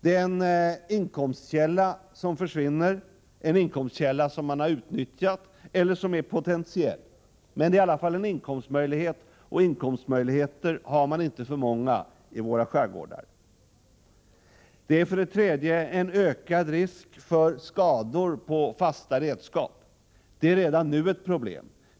Det försvinner en inkomstkälla som man har utnyttjat eller som är potentiell, men i varje fall en inkomstmöjlighet, och sådana har man inte för många i vår skärgård. Vidare föreligger en ökad risk för skador på fasta redskap. Detta är redan nu ett problem.